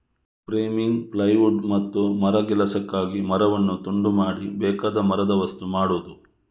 framing, plywood ಮತ್ತು ಮರಗೆಲಸಕ್ಕಾಗಿ ಮರವನ್ನು ತುಂಡು ಮಾಡಿ ಬೇಕಾದ ಮರದ ವಸ್ತು ಮಾಡುದು